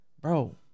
bro